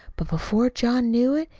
but before john knew it,